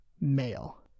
male